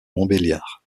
montbéliard